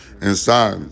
inside